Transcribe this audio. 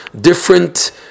different